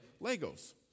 Legos